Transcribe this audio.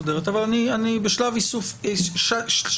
יכול להיות שלא צריך אבל בואו נבין, יש או אין?